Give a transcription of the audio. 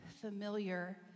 familiar